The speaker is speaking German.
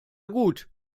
gut